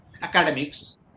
academics